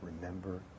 Remember